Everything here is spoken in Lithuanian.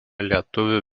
lietuvių